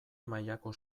mailako